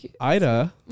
Ida